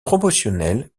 promotionnel